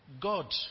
God